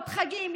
חגים,